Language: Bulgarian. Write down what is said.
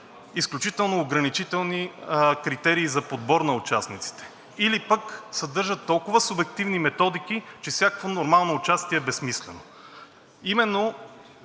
изключително ограничителни критерии за подбор на участниците, или пък съдържат толкова субективни методики, че всякакво нормално участие е безсмислено.